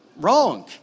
Wrong